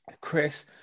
Chris